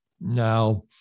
Now